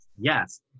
Yes